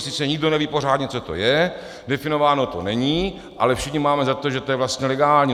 Sice nikdo neví pořádně, co to je, definováno to není, ale všichni máme za to, že je to vlastně legální.